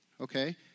Okay